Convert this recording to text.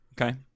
Okay